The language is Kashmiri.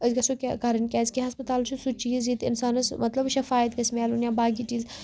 أسۍ گَژھوکینٛہہ کَرن کیازِ کہِ ہسپَتال چھُ سُہ چیز یتتہِ انسانس مطلب شفایت گَژھِ مِلُن یا باقٕے چیز